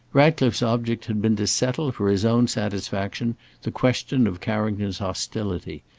ratcliffe's object had been to settle for his own satisfaction the question of carrington's hostility,